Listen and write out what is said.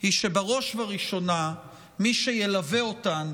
היא שבראש ובראשונה מי שילווה אותן,